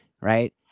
Right